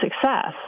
success